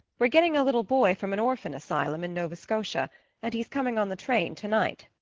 we're getting a little boy from an orphan asylum in nova scotia and he's coming on the train tonight.